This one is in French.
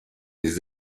des